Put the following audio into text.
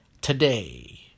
Today